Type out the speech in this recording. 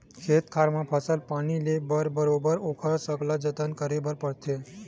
खेत खार म फसल पानी ले बर बरोबर ओखर सकला जतन करे बर परथे